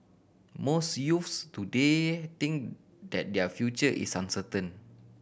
most youths today think that their future is uncertain